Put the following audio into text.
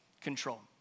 control